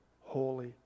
holy